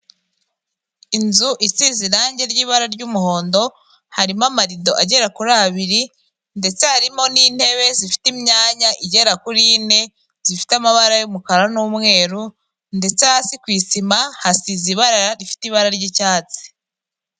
Inzu isize irangi ry'ibara ry'umuhondo harimo amarido agera kuri abiri ndetse harimo n'intebe zifite imyanya igera kuri ine, zifite amabara y'umukara n'umweru ndetse hasi ku isima hasize ibara rifite ibara ry'icyatsi.